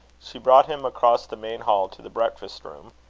she brought him across the main hall to the breakfast-room,